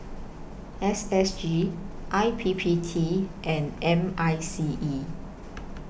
S S G I P P T and M I C E